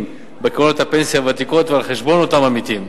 בקרנות הפנסיה הוותיקות ועל חשבון אותם עמיתים,